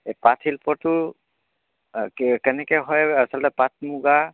এই পাট শিল্পটো কেনেকৈ হয় আচলতে পাট মুগা